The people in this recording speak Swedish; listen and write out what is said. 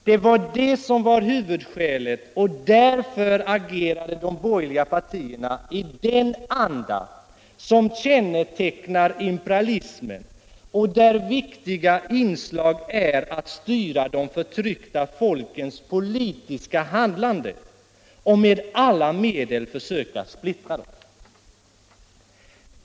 Det var det som var huvudskälet, och därför agerade de borgerliga partierna i den anda som kännetecknar imperialismen, där viktiga inslag är att styra de förtryckta folkens politiska handlande och med alla medel försöka splittra dem.